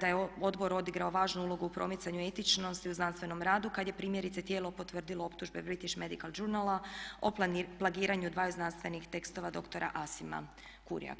da je odbor odigrao važnu ulogu u promicanju etičnosti u znanstvenom radu kada je primjerice tijelo potvrdilo optužbe British Medical Journal o plagiranju dvaju znanstvenih tekstova dr. Asima Kurjaka.